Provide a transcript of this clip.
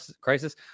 crisis